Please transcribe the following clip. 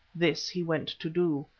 this he went to do.